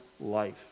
life